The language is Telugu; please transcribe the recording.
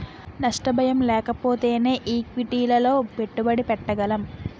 నష్ట భయం లేకపోతేనే ఈక్విటీలలో పెట్టుబడి పెట్టగలం